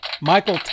Michael